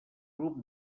grup